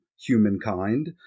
humankind